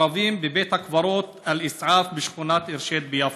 ערבים בבית הקברות אל-איסאף בשכונת אירשיד ביפו.